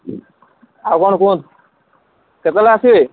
ଆଉ କ'ଣ କୁହନ୍ତୁ କେତେବେଳେ ଆସିବେ